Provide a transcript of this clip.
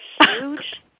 huge